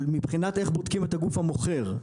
מבחינת איך בודקים את הגוף המוכר.